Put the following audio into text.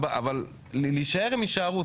אבל להישאר הם יישארו,